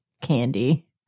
candy